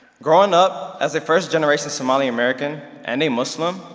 growing up as a first generation somalian american and a muslim,